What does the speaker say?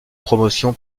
promotion